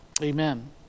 Amen